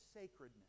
sacredness